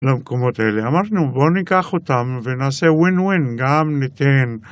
למקומות האלה. אמרנו בואו ניקח אותם ונעשה win-win: גם ניתן